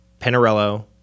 Pinarello